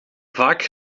vaak